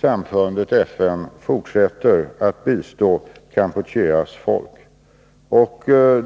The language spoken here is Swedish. samfundet FN fortsätter att bistå Kampucheas folk.